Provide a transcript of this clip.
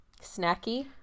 Snacky